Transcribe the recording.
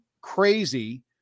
crazy